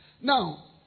Now